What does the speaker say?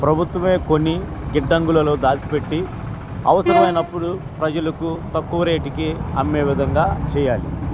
ప్రభుత్వమే కొన్ని గిడ్డంగులలో దాసిపెట్టి అవసరమైనప్పుడు ప్రజలకు తక్కువ రేటుకి అమ్మే విధంగా చేయాలి